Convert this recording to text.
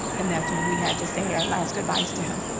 and that's when we had to say our last goodbyes to him